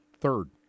Third